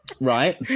right